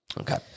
Okay